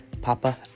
Papa